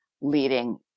leading